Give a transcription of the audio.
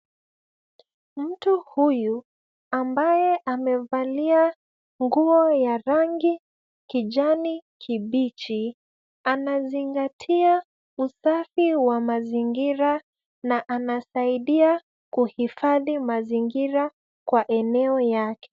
Mtu huyu ambaye amevalia nguo ya rangi, kijani kibichi. Anazingatia usafi wa mazingira na anasaidia kuhifadhi mazingira kwa eneo yake.